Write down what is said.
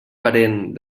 parent